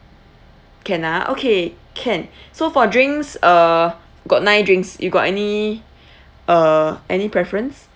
can ah okay can so for drinks uh got nine drinks you got any uh any preference